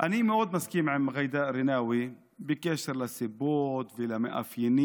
אני מאוד מסכים עם ג'ידא רינאוי בקשר לסיבות ולמאפיינים,